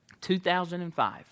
2005